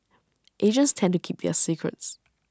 Asians tend to keep their secrets